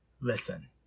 Listen